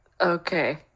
okay